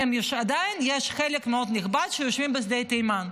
עדיין יש חלק מאוד נכבד שיושבים בשדה תימן.